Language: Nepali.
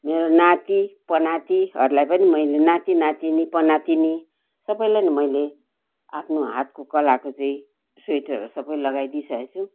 मेरो नाति पनातिहरूलाई पनि मैले नाति नातिनी पनातिनी सबैलाई नै मैले आफ्नो हातको कलाको चाहिँ स्वेटरहरू सबै लगाइदिइसकेको छु